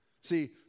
See